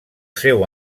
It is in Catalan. seu